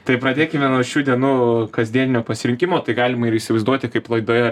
tai pradėkime nuo šių dienų kasdieninio pasirinkimo tai galima ir įsivaizduoti kaip laidoje